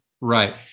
Right